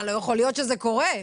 לא יכול להיות שזה קורה.